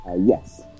yes